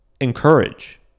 encourage